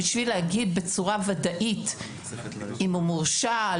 כדי להגיד בצורה ודאית אם הוא מורשע או